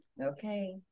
Okay